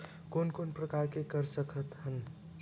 कोन कोन प्रकार के कर सकथ हन?